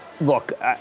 Look